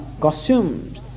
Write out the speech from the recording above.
costumes